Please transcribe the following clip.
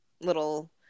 little